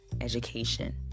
education